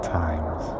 times